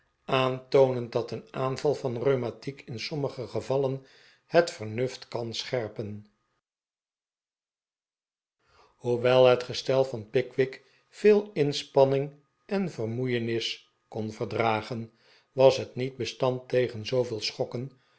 aantoonend dat een aanval van rheumatiek in sommige gevallen het vernuft kan scherpen hoewel het gestel van pickwick veel inspanning en vermoeienis jcon verdragen was het niet bestand tegen zooveel schokken